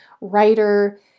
writer